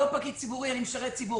לא פקיד ציבורי, אני משרת ציבור.